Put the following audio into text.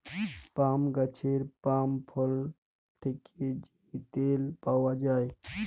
পাম গাহাচের পাম ফল থ্যাকে যে তেল পাউয়া যায়